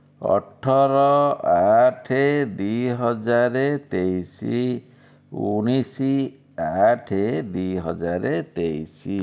ଅଠର ଅଠ ଦୁଇ ହଜାର ତେଇଶି ଉଣେଇଶ ଅଠ ଦୁଇ ହଜାର ତେଇଶ